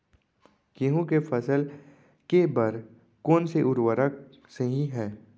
गेहूँ के फसल के बर कोन से उर्वरक सही है?